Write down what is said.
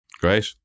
Great